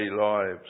lives